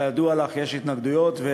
וכידוע לך יש התנגדויות,